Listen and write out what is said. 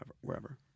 wherever